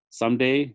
someday